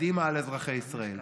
קדימה על אזרחי ישראל,